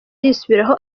yisubiraho